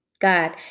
God